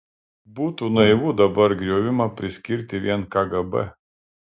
būtų naivu dabar griovimą priskirti vien kgb